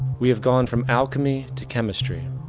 we have gone from alchemy to chemistry,